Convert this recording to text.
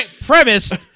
premise